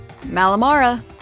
Malamara